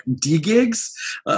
D-gigs